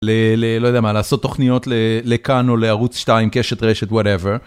לא יודע מה. לעשות תוכניות לכאן או לערוץ 2, קשת, רשת, וואטאבר.